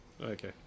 Okay